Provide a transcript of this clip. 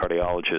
cardiologist